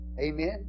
Amen